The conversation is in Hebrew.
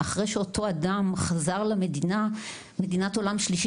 אחרי שאותו אדם חזר למדינת עולם שלישי